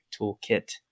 toolkit